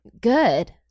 good